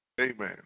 Amen